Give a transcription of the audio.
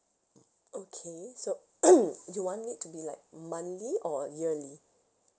okay so you want it to be like monthly or yearly